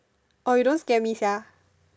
orh you don't scare me sia